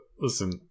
listen